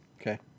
Okay